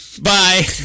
bye